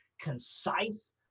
concise